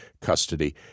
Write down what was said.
custody